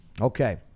Okay